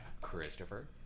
Christopher